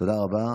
תודה רבה.